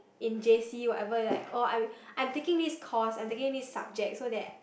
in J_C whatever like or I I'm taking this course I'm taking this subject so that